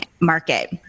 market